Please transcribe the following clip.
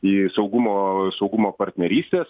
į saugumo saugumo partnerystės